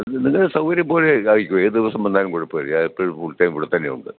നിങ്ങളെ സൗകര്യം പോലെ ആയിക്കോളൂ ഏതു ദിവസം വന്നാലും കുഴപ്പമില്ല ഞാനെപ്പോഴും ഫുൾ ടൈം ഇവിടെത്തന്നെയുണ്ട്